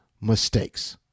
mistakes